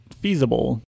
feasible